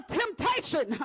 temptation